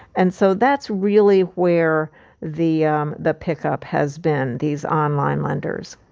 and so that's really where the um the pickup has been, these online lenders.